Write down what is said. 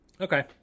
okay